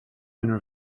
owner